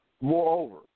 Moreover